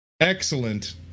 Excellent